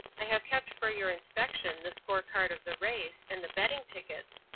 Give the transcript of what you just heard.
i have kept for your inspection the score card of the race, and the betting tickets.